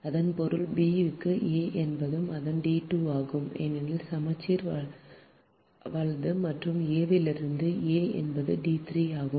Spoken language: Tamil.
இதன் பொருள் b க்கு a என்பது அதன் d2 ஆகும் ஏனெனில் சமச்சீர் மற்றும் a லிருந்து a என்பது d3 ஆகும்